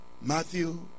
Matthew